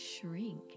shrink